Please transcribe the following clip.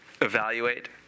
evaluate